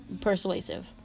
persuasive